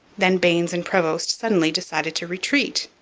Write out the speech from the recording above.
then baynes and prevost suddenly decided to retreat.